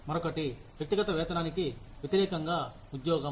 మరొకటి వ్యక్తిగత వేతనానికి వ్యతిరేకంగా ఉద్యోగం